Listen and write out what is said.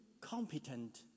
competent